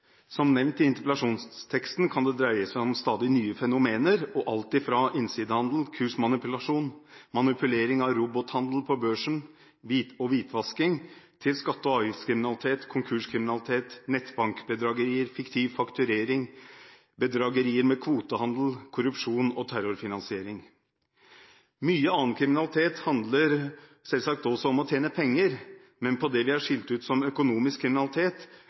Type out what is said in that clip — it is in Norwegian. Som nevnt i interpellasjonsteksten kan det dreie seg om stadig nye fenomener og alt fra innsidehandel, kursmanipulasjon, manipulering av robothandel på børsen og hvitvasking til skatte- og avgiftskriminalitet, konkurskriminalitet, nettbankbedragerier, fiktiv fakturering, bedragerier med kvotehandel, korrupsjon og terrorfinansiering. Mye annen kriminalitet handler selvsagt også om å tjene penger, men på det området vi har skilt ut som økonomisk kriminalitet,